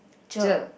cher